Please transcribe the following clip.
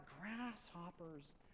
grasshoppers